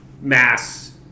mass